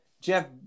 Jeff